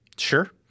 Sure